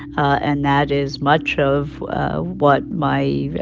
and that is much of what my